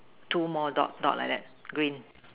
two more dot dot like that green